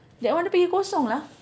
that one dia pergi kosong lah